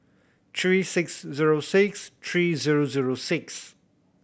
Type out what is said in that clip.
three six zero six three zero zero six